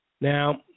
Now